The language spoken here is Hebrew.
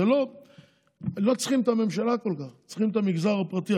לא צריך כל כך את הממשלה, צריך את המגזר הפרטי.